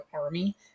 army